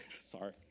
Sorry